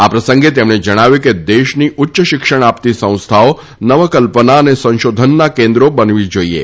આ પ્રસંગે તેમણે જણાવ્યું હતું કે દેશની ઉચ્ય શિક્ષણ આપતી સંસ્થાઓ નવકલ્પના અને સંશોધનના કેન્દ્રો બનવી જોઇએ